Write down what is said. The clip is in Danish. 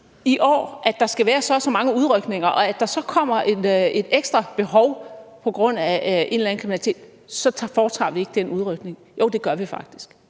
i år, at der skal være så og så mange udrykninger, og hvis der så kommer et ekstra behov på grund af en eller anden kriminalitet, så foretager vi ikke flere udrykninger. Jo, det gør vi faktisk.